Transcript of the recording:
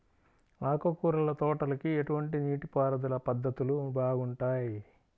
ఆకుకూరల తోటలకి ఎటువంటి నీటిపారుదల పద్ధతులు బాగుంటాయ్?